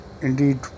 indeed